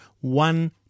one